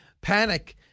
Panic